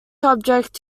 object